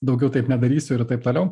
daugiau taip nedarysiu ir taip toliau